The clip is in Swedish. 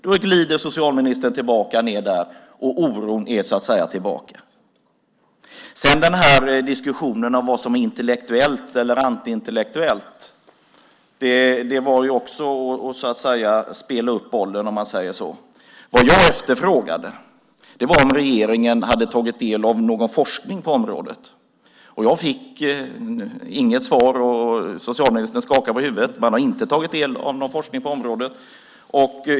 Då glider socialministern tillbaka ned, och oron är tillbaka. Diskussionen om vad som är intellektuellt eller antiintellektuellt var att spela upp bollen, om man säger så. Vad jag efterfrågade var om regeringen hade tagit del av någon forskning på området. Jag fick inget svar. Socialministern skakar på huvudet nu; man har inte tagit del av någon forskning på området.